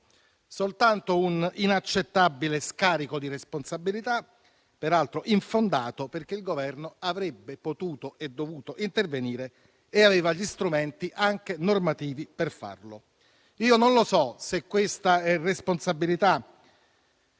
Soltanto un inaccettabile scarico di responsabilità, peraltro infondato, perché il Governo avrebbe potuto e dovuto intervenire e aveva gli strumenti anche normativi per farlo. Non so se questa responsabilità